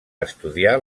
estudiar